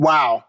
Wow